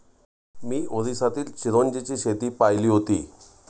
मी ओरिसातील चिरोंजीची शेती पाहिली होती